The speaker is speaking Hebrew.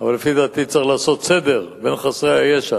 אבל לפי דעתי צריך לעשות סדר בין חסרי הישע.